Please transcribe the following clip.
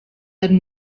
dan